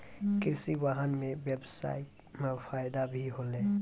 कृषि वाहन सें ब्यबसाय म फायदा भी होलै